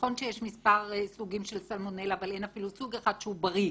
נכון שיש מספר סוגים של סלמונלה אבל אין אפילו סוג אחד שהוא בריא.